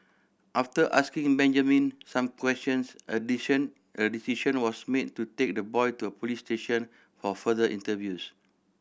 after asking Benjamin some questions a a decision was made to take the boy to a police station for further interviews